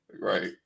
Right